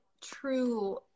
true